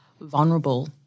vulnerable